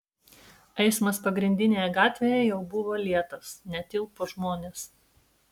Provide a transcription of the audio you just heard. eismas pagrindinėje gatvėje jau buvo lėtas netilpo žmonės